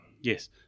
Yes